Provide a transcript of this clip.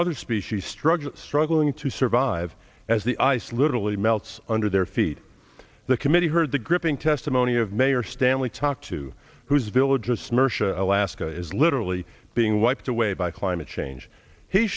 other species struggling struggling to survive as the ice literally melts under their feet the committee heard the gripping testimony of mayor stanley talk to whose villages smersh alaska is literally being wiped away by climate change he